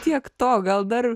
tiek to gal dar